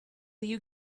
you